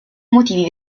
motivi